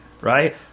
right